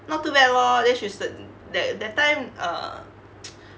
not too bad lor then she's th~ that that time uh